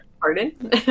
Pardon